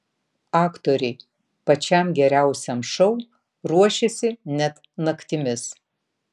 aktoriai pačiam geriausiam šou ruošėsi net naktimis